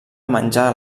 menjar